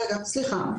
סליחה,